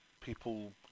people